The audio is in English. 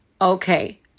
okay